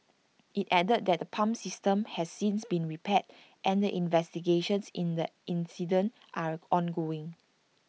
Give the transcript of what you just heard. IT added that the pump system has since been repaired and that investigations in the incident are ongoing